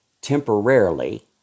temporarily